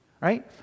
right